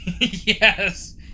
Yes